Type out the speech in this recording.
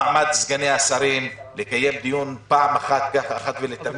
במעמד סגני השרים, נקיים דיון אחת ולתמיד.